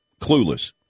clueless